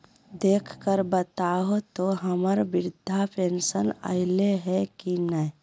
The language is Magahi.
देख कर बताहो तो, हम्मर बृद्धा पेंसन आयले है की नय?